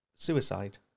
Suicide